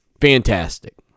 Fantastic